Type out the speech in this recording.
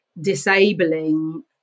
disabling